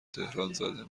تهرانزده